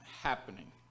happening